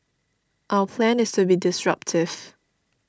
our plan is to be disruptive